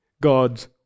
God's